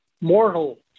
mortal